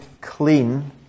clean